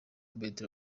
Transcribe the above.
bartra